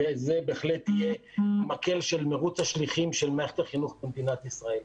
וזה בהחלט יהיה מקל של מרוץ השליחים של מערכת החינוך במדינת ישראל.